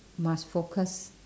must focus